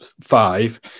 five